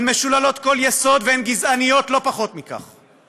הן משוללות כל יסוד והן גזעניות, לא פחות מכך.